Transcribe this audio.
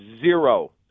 zero